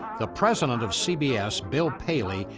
the president of cbs, bill paley,